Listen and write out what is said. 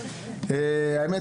האמת,